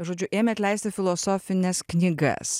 žodžiu ėmėt leisti filosofines knygas